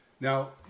Now